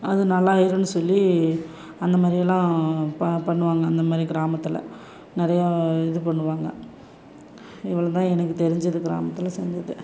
அது நல்லா ஆகிரும்னு சொல்லி அந்த மாதிரியெல்லாம் ப பண்ணுவாங்க அந்த மாதிரி கிராமத்தில் நிறையா இது பண்ணுவாங்க இவ்வளோ தான் எனக்கு தெரிஞ்சது கிராமத்தில் செஞ்சது